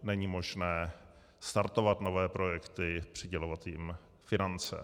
Není možné startovat nové projekty, přidělovat jim finance.